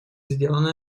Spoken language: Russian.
сделано